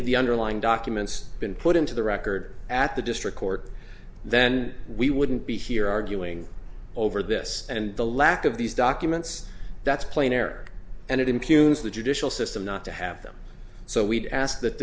the underlying documents been put into the record at the district court then we wouldn't be here arguing over this and the lack of these documents that's plainer and it impugns the judicial system not to have them so we'd ask that